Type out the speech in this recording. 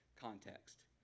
context